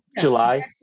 july